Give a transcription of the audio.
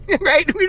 Right